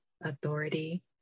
authority